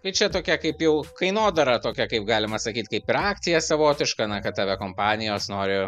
tai čia tokia kaip jau kainodara tokia kaip galima sakyt kaip ir akcija savotiška na kad aviakompanijos nori